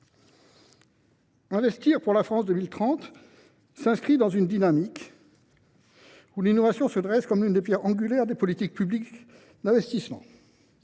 Investir pour la France de 2030 » s’inscrit ainsi dans une dynamique où l’innovation se dresse comme l’une des pierres angulaires des politiques publiques d’investissement.